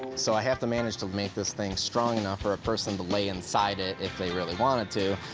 so i have to manage to make this thing strong enough for a person to lay inside it, if they really wanted to.